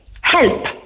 help